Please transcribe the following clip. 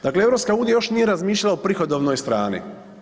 Dakle, EU još nije razmišljala o prihodovnoj strani.